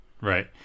right